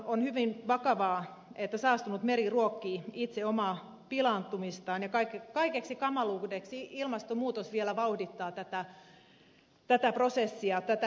on hyvin vakavaa että saastunut meri ruokkii itse omaa pilaantumistaan ja kaikeksi kamaluudeksi ilmastonmuutos vielä vauhdittaa tätä prosessia tätä noidankehää